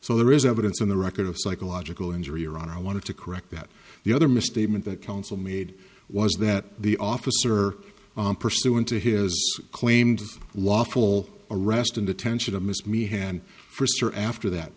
so there is evidence in the record of psychological injury or honor i wanted to correct that the other misstatement that council made was that the officer pursuant to his claimed lawful arrest and attention to miss me hand for star after that